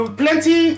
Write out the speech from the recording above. plenty